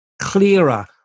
clearer